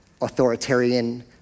authoritarian